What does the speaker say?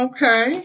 Okay